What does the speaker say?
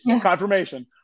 Confirmation